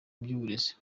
by’uburezi